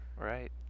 Right